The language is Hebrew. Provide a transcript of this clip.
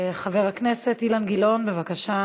חבר הכנסת אילן גילאון, בבקשה.